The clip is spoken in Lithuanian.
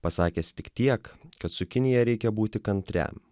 pasakęs tik tiek kad su kinija reikia būti kantriam